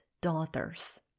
daughters